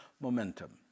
momentum